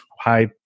high